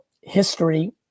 history